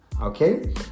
okay